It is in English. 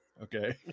Okay